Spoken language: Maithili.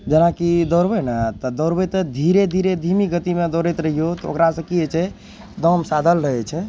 जेनाकि दौड़बयने तऽ दौड़बय तऽ धीरे धीरे धीमी गतिमे दौड़ैत रहियौ तऽ ओकरासँ कि होइ छै दम साधल रहय छै